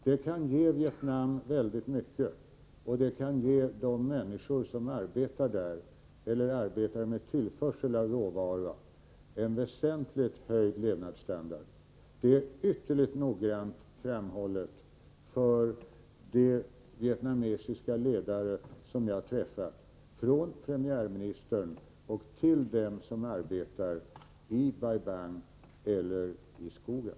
Det kan ge Vietnam väldigt mycket, och det kan ge de människor som arbetar där eller sysslar med tillförsel av råvara en väsentligt höjd levnadsstandard. Detta är ytterligt noggrant framhållet för de vietnamesiska ledare som jag har träffat, från premiärministern och till dem som arbetar i Bai Bang eller i skogen.